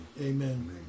Amen